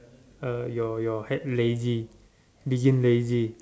uh your your head lazy being lazy